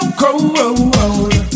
cold